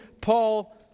Paul